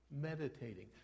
meditating